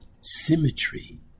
symmetry